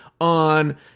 on